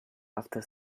after